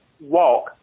walk